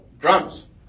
drums